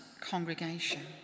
congregation